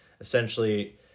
essentially